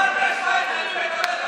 אתם שיניתם את המציאות.